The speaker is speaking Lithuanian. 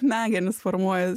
smegenys formuojas